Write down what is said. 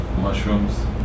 Mushrooms